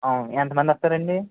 అవును ఎంతమంది వస్తారండి